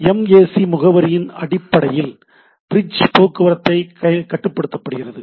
MAC முகவரியின் அடிப்படையில் bridge போக்குவரத்தை கட்டுப்படுத்துகிறது